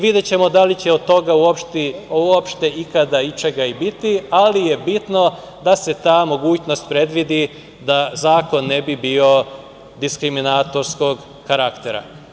Videćemo da li će od toga uopšte ikada ičega i biti, ali je bitno da se ta mogućnost predvidi da zakon ne bi bio diskriminatorskog karaktera.